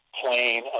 Plane